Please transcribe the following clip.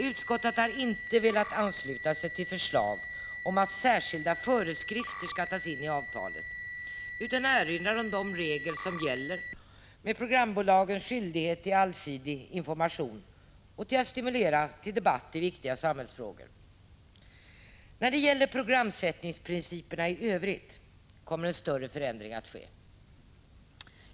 Utskottet har inte velat ansluta sig till förslag om att särskilda föreskrifter skall tas in i avtalet utan erinrar om de regler som gäller med programbolagens skyldighet till allsidig information och att stimulera till debatt i viktiga samhällsfrågor. När det gäller programsättningsprinciperna i övrigt kommer en större förändring att ske.